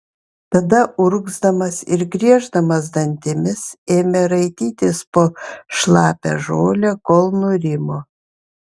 tada urgzdamas ir grieždamas dantimis ėmė raitytis po šlapią žolę kol nurimo